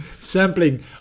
sampling